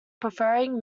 preferring